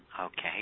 okay